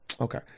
Okay